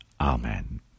Amen